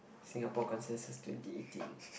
Singapore consensus twenty eighteen